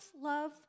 love